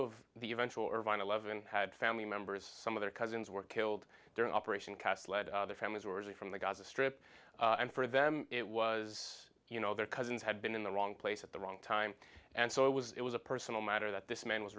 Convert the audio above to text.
of the eventual irvine eleven had family members some of their cousins were killed during operation cast lead the families were from the gaza strip and for them it was you know their cousins had been in the wrong place at the wrong time and so it was it was a personal matter that this man was